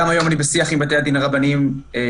גם היום אני בשיח עם בתי הדין הרבניים לכסף